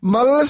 Mal